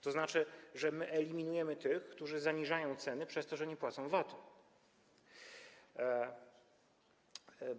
To znaczy, że my eliminujemy tych, którzy zaniżają ceny przez to, że nie płacą VAT-u.